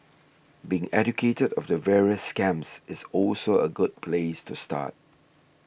being educated of the various scams is also a good place to start